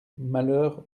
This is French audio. malheurs